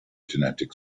genetic